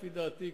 לפי דעתי,